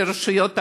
לרשויות החוק: